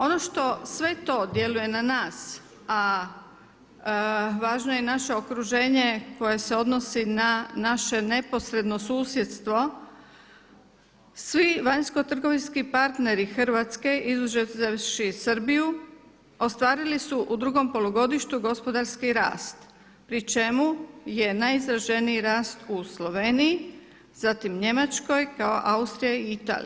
Ono što sve to djeluje na nas a važno je naše okruženje koje se odnosi na naše neposredno susjedstvo svi vanjsko-trgovinski partneri Hrvatske izuzevši Srbiju ostvarili su u drugom polugodištu gospodarski rast pri čemu je najizraženiji rast u Sloveniji, zatim Njemačkoj kao i Austrija i Italija.